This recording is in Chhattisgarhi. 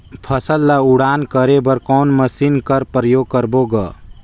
फसल ल उड़ान करे बर कोन मशीन कर प्रयोग करबो ग?